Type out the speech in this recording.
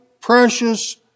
precious